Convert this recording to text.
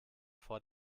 vor